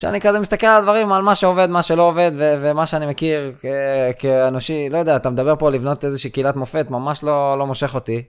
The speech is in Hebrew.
כשאני כזה מסתכל על הדברים, על מה שעובד, מה שלא עובד, ומה שאני מכיר כאנושי, לא יודע, אתה מדבר פה לבנות איזושהי קהילת מופת, ממש לא, לא מושך אותי.